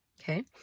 Okay